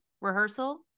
rehearsal